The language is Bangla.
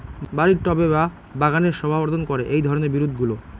বাড়ির টবে বা বাগানের শোভাবর্ধন করে এই ধরণের বিরুৎগুলো